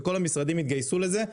וכל המשרדים התגייסו לזה.